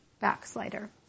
backslider